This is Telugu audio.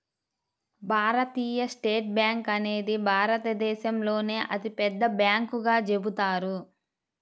భారతీయ స్టేట్ బ్యేంకు అనేది భారతదేశంలోనే అతిపెద్ద బ్యాంకుగా చెబుతారు